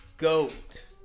goat